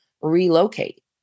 relocate